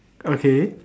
okay